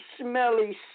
smelly